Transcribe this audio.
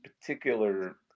particular